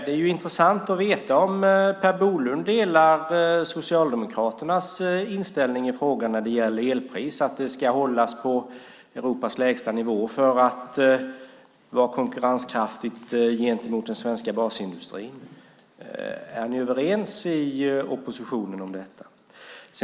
Det är intressant att veta om Per Bolund delar Socialdemokraternas inställning till elpris, det vill säga att det ska hållas på Europas lägsta nivå för att vara konkurrenskraftigt gentemot den svenska basindustrin. Är ni överens om detta i oppositionen?